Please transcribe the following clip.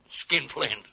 skinflint